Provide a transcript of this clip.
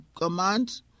command